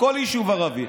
בכל יישוב ערבי.